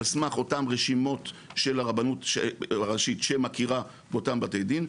על סמך אותם רשימות של הרבנות הראשית שמכירה באותם בתי דין,